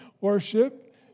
worship